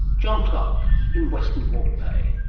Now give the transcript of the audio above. john clarke in western port bay.